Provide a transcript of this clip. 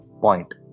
point